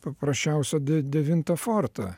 paprasčiausią de devintą fortą